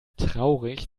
traurig